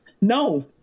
No